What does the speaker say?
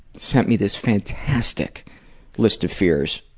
sent me this fantastic list of fears,